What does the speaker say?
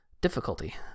difficulty